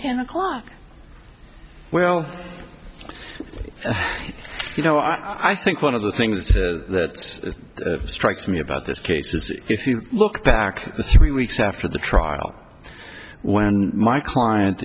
ten o'clock well you know i i think one of the things that strikes me about this case is if you look back three weeks after the trial when my client